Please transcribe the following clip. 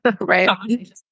Right